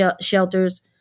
shelters